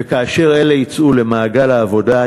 וכאשר אלה יצאו למעגל העבודה,